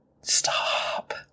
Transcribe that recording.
Stop